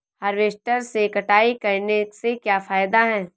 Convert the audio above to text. Harvester से कटाई करने से क्या फायदा है?